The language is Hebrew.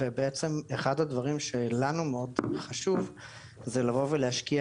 בעצם אחד הדברים שלנו מאוד חשוב זה לבוא ולהשקיע